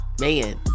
man